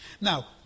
Now